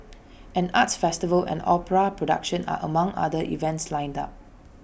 an arts festival and opera production are among other events lined up